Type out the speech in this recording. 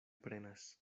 prenas